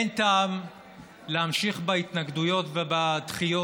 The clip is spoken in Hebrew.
אין טעם להמשיך בהתנגדויות ובדחיות.